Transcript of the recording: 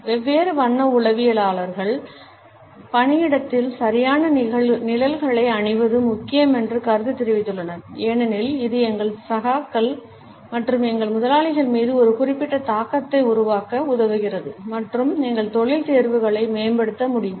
வெவ்வேறு வண்ண உளவியலாளர்கள் பணியிடத்தில் சரியான நிழல்களை அணிவது முக்கியம் என்று கருத்து தெரிவித்துள்ளனர் ஏனெனில் இது எங்கள் சகாக்கள் மற்றும் எங்கள் முதலாளிகள் மீது ஒரு குறிப்பிட்ட தாக்கத்தை உருவாக்க உதவுகிறது மற்றும் எங்கள் தொழில் தேர்வுகளை மேம்படுத்த முடியும்